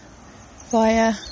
via